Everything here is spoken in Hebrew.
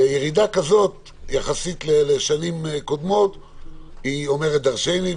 וירידה כזאת יחסית לשנים קודמות אומרת דרשני,